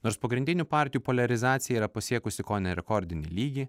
nors pagrindinių partijų poliarizacija yra pasiekusi kone rekordinį lygį